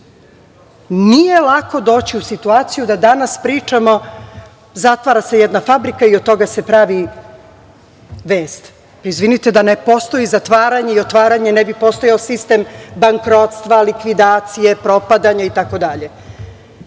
nije lako doći u situaciju da danas pričamo, zatvara se jedna fabrika i od toga se pravi vest. Izvinite, da ne postoji zatvaranje i otvaranje ne bi postojao sistem bankrotstva, likvidacije, propadanja i